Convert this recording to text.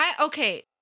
Okay